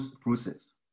process